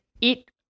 eat